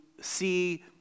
see